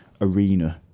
arena